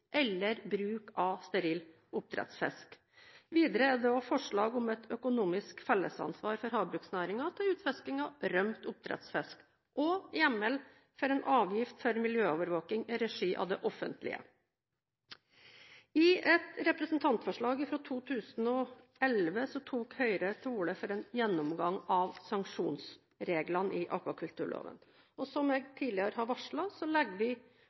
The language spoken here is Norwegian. eller bruk av steril oppdrettsfisk. Videre er det også forslag om et økonomisk fellesansvar for havbruksnæringen til utfisking av rømt oppdrettsfisk og hjemmel for en avgift for miljøovervåking i regi av det offentlige. I et representantforslag fra 2011 tok Høyre til orde for en gjennomgang av sanksjonsreglene i akvakulturloven. Som jeg tidligere har varslet, legger vi